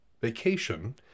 vacation